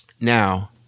Now